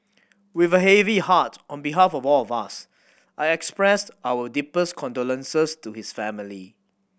with a heavy heart on behalf of all of us I expressed our deepest condolences to his family